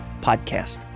Podcast